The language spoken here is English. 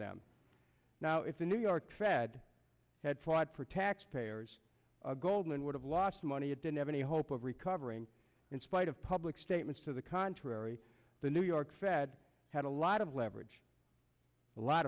them now if the new york fed had fought for taxpayers goldman would have lost money it didn't have any hope of recovering in spite of public statements to the contrary the new york fed had a lot of leverage a lot